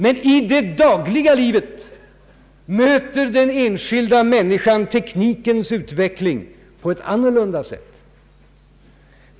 Men i det dagliga livet möter den enskilda människan teknikens utveckling på ett annat sätt.